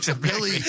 Billy